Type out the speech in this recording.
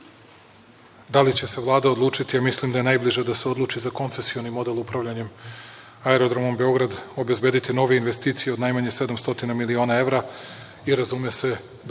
da li će se Vlada odlučiti, a mislim da je najbliže da se odluči za koncezioni model upravljanja aerodroma, obezbediti nove investicije od najmanje 700 miliona evra i razume se dodatni